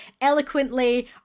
eloquently